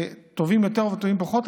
טובים יותר או טובים פחות,